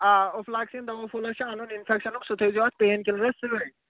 آ اوٚفلاکسِن دَوا پھوٚلہ چھُ اَنُن اِنفیکشَنُک سُہ تھٔیزیو اَتھ پین کِلرَس سۭتۍ